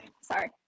Sorry